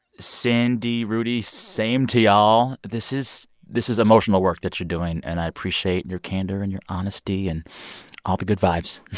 cindy, rudy, same to y'all. this is this is emotional work that you're doing, and i appreciate your candor and your honesty and all the good vibes